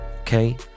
Okay